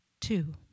Two